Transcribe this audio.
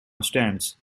stands